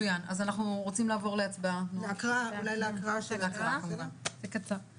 אני פותחת את ישיבת ועדת העבודה, רווחה והבריאות.